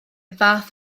fath